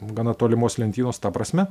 gana tolimos lentynos ta prasme